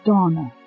Donna